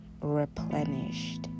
replenished